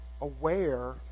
aware